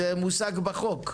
זה מושג בחוק.